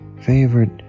favorite